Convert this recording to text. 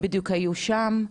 הן בדיוק היו שם,